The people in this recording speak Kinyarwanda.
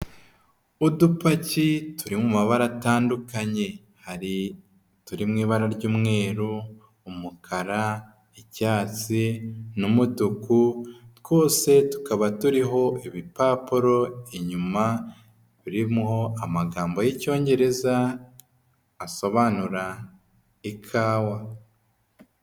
Udupaki turi mu mabara atandukanye, hari uturi mu ibara ry'umweru, umukara, icyatsi n'umutuku, twose tukaba turiho ibipapuro inyuma birimo, amagambo y'icyongereza asobanura ikawa.